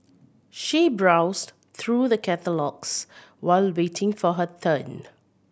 she browsed through the catalogues while waiting for her turn